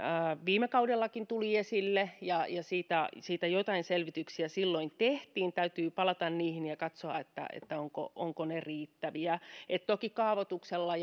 viime kaudellakin tuli esille ja ja siitä joitain selvityksiä silloin tehtiin täytyy palata niihin ja katsoa ovatko ovatko ne riittäviä toki kaavoituksella